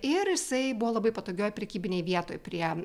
ir jisai buvo labai patogioj prekybinėj vietoj prie